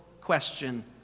question